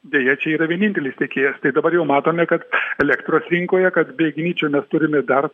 deja čia yra vienintelis tiekėjas tai dabar jau matome kad elektros rinkoje kad be igničio mes turime dar